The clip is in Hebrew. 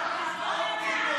לא צריך.